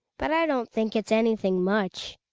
but i don't think that's anything much.